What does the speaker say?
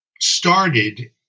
started